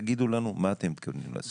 תגידו לנו מה אתם מתכוונים לעשות.